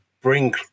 bring